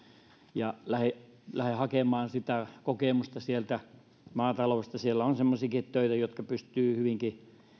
ja lähde lähde hakemaan kokemusta sieltä maataloudesta siellä on semmoisiakin töitä joita pystyy hyvinkin